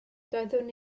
doeddwn